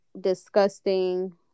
disgusting